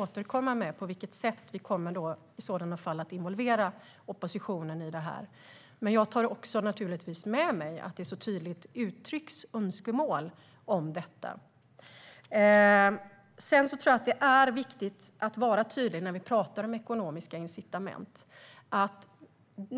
återkommer med på vilket sätt vi kan komma att involvera oppositionen i detta, och jag tar med mig att det så tydligt uttrycks önskemål om det. Det är viktigt att vara tydlig när vi talar om ekonomiska incitament.